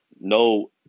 no